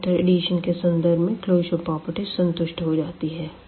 तो vector addition के संदर्भ में क्लोजर प्रॉपर्टी संतुष्ट हो जाती है